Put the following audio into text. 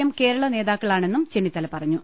M കേരളനേതാക്കളാണെന്നും ചെന്നിത്തല പറഞ്ഞു